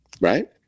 right